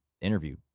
interview